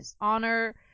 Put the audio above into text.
honor